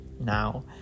now